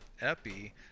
epi